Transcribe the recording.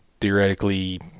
theoretically